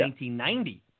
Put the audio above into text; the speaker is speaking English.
1990